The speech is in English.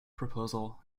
proposal